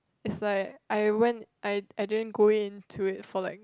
it's like I went I I didn't go into it for like